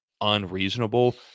unreasonable